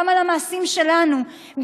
גם על המעשים שלנו,